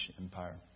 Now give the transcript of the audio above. Empire